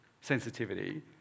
sensitivity